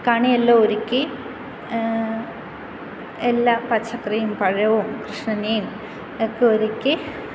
കണി എല്ലാം ഒരുക്കി എല്ലാ പച്ചക്കറിയും പഴവും കൃഷ്ണനേം ഒക്കെ ഒരുക്കി